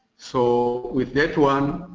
so with that one,